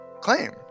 claim